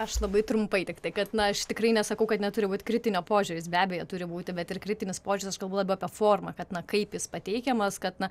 aš labai trumpai tiktai kad na tikrai nesakau kad neturi būt kritinio požiūris be abejo turi būti bet ir kritinis požiūris aš kalbu labiau apie formą kad na kaip jis pateikiamas kad na